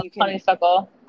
honeysuckle